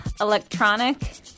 electronic